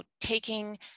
taking